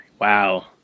wow